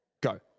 go